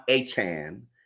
Achan